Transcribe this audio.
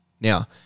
now